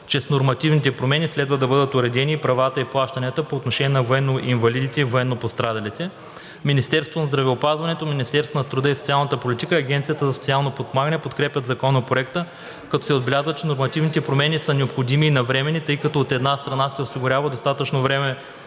че с нормативните промени следва да бъдат уредени и правата и плащанията по отношение на военноинвалидите и военнопострадалите. Министерството на здравеопазването, Министерството на труда и социалната политика и Агенцията за социално подпомагане подкрепят Законопроекта, като се отбелязва, че нормативните промени са необходими и навременни, тъй като, от една страна, се осигурява достатъчно време